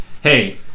hey